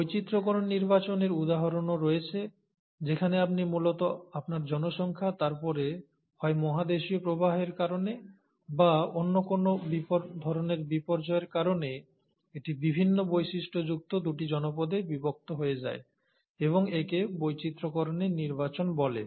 বৈচিত্র্যকরণ নির্বাচনের উদাহরণও রয়েছে যেখানে আপনি মূলত আপনার জনসংখ্যা তারপরে হয় মহাদেশীয় প্রবাহের কারণে বা অন্য কোনও ধরণের বিপর্যয়ের কারণে এটি বিভিন্ন বৈশিষ্ট্যযুক্ত দুটি জনপদে বিভক্ত হয়ে যায় এবং একে বৈচিত্র্যকরণের নির্বাচন বলে